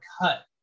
cut